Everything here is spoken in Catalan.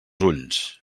ulls